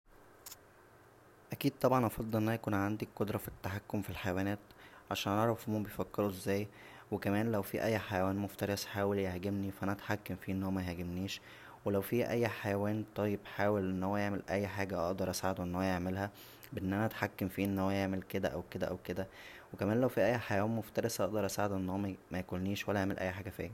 اكيد طبعا هفضل ان انا يكون عندى قدره فالتحكم فى الحيوانات عشان اعرف هما بيفكرو ازاى و كمان لو فيه اى حيوان مفترس حاول يهاجمنى فا انا اتحكم فيه ان هو ميهاجمنيش و لو فيه اى حيوان طيب حاول ان هو يعمل اى حاجه اقدر اساعده ان هو يعملها ب ان انا اتحكم فيه ان هو يعمل كدا او كدا او كدا وكمان لو فيه اى حيوان مفترس اقدر اساعده ان هو مي-مياكلنيش ولا يعمل اى حاجه فيا